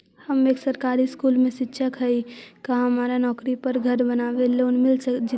हम एक सरकारी स्कूल में शिक्षक हियै का हमरा नौकरी पर घर बनाबे लोन मिल जितै?